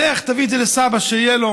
לך, תביא את זה לסבא, שיהיה לו.